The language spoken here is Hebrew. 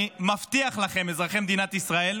אני מבטיח לכם, אזרחי מדינת ישראל,